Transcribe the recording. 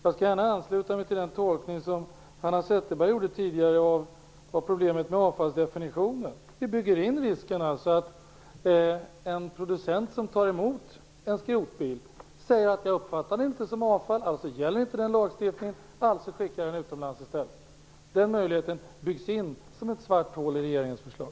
Jag skall gärna ansluta mig till den tolkning av problemet med avfallsdefinitionen som Hanna Zetterberg tidigare gjorde. Vi bygger in en risk för att en producent som tar emot en skrotbil säger att han inte uppfattar den som avfall. Då gäller inte lagstiftningen, och producenten skickar i stället bilen utomlands. Den möjligheten byggs in som ett svart hål i regeringens förslag.